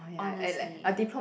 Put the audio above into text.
honestly